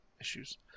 issues